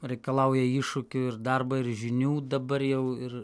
reikalauja iššūkių ir darbo ir žinių dabar jau ir